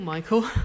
Michael